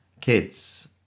kids